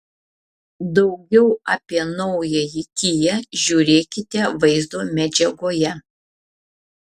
daugiau apie naująjį kia žiūrėkite vaizdo medžiagoje